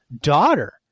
daughter